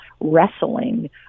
wrestling